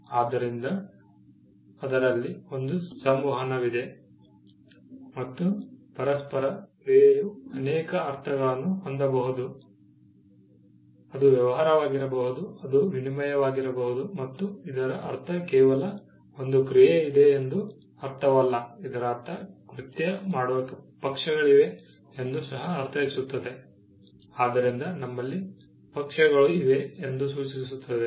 ಆದ್ದರಿಂದ ಅದರಲ್ಲಿ ಒಂದು ಸಂವಹನವಿದೆ ಮತ್ತು ಪರಸ್ಪರ ಕ್ರಿಯೆಯು ಅನೇಕ ಅರ್ಥಗಳನ್ನು ಹೊಂದಬಹುದು ಅದು ವ್ಯವಹಾರವಾಗಿರಬಹುದು ಅದು ವಿನಿಮಯವಾಗಿರಬಹುದು ಮತ್ತು ಇದರ ಅರ್ಥ ಕೇವಲ ಒಂದು ಕ್ರಿಯೆ ಇದೆ ಎಂದು ಅರ್ಥವಲ್ಲ ಇದರರ್ಥ ಕೃತ್ಯ ಮಾಡುವ ಪಕ್ಷಗಳಿವೆ ಎಂದು ಸಹ ಅರ್ಥೈಸುತ್ತದೆ ಆದ್ದರಿಂದ ನಮ್ಮಲ್ಲಿ ಪಕ್ಷಗಳೂ ಇವೆ ಎಂದು ಸೂಚಿಸುತ್ತದೆ